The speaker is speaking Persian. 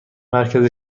مرکز